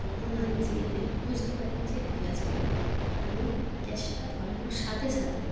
তখন আমি যে দে বুঝতে পারি নি যে লিক আছে বলে আমি গ্যাসটা ধরানোর সাথে সাথে